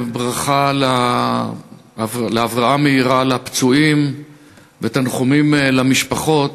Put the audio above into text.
ברכה להבראה מהירה לפצועים ותנחומים למשפחות.